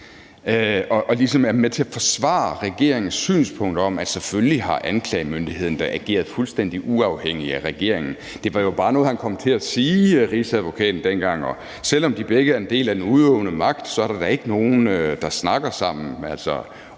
og ligesom er med til at forsvare regeringens synspunkt om, at selvfølgelig har anklagemyndigheden da ageret fuldstændig uafhængig af regeringen. Det var jo bare noget, Rigsadvokaten kom til at sige dengang, og selv om de begge er en del af den udøvende magt, er der da ikke nogen, der snakker sammen,